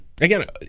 Again